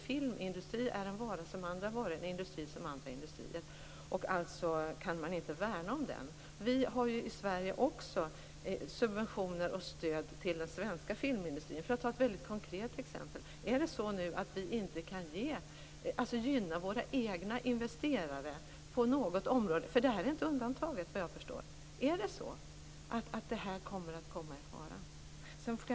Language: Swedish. Filmindustrin är nämligen en vara som andra varor och en industri som andra industrier, och man kan alltså inte värna om den. Vi har i Sverige också subventioner och stöd till den svenska filmindustrin. För att ta ett konkret exempel: Är det så att vi inte kan gynna våra egna investerare på något område? Det här omfattas ju inte av något undantag, vad jag förstår. Är det så att det här kommer att komma i fara?